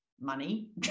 money